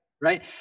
right